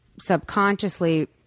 subconsciously